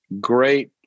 great